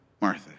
Martha